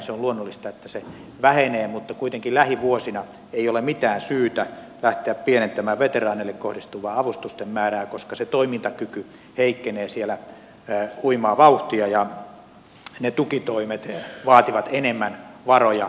se on luonnollista että se vähenee mutta kuitenkaan lähivuosina ei ole mitään syytä lähteä pienentämään veteraaneille kohdistuvien avustusten määrää koska se toimintakyky heikkenee siellä huimaa vauhtia ja ne tukitoimet vaativat enemmän varoja